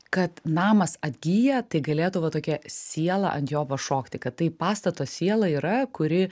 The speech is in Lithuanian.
kad namas atgyja tai galėtų va tokia siela ant jo pašokti kad tai pastato siela yra kuri